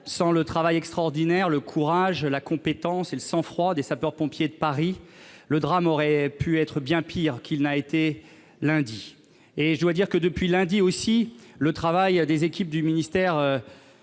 sans le travail extraordinaire le courage, la compétence et le sang-froid des sapeurs-pompiers de Paris, le drame aurait pu être bien pire qu'il n'a été, lundi, et je dois dire que depuis lundi aussi le travail des équipes du ministère